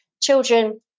children